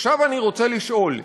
עכשיו אני רוצה לשאול,